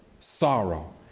sorrow